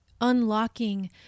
unlocking